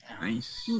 Nice